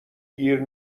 گیر